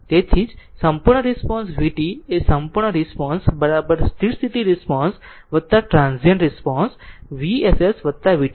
તેથી તેથી સંપૂર્ણ રિસ્પોન્સ vt એ સંપૂર્ણ રિસ્પોન્સ સ્થિર સ્થિતિ response transient response Vss vt છે